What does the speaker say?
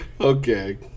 Okay